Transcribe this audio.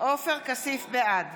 בעד